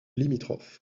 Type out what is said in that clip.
limitrophes